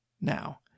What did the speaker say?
now